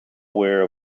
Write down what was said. aware